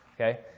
Okay